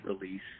release